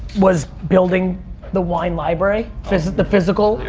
was building the wine library, the physical,